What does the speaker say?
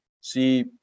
see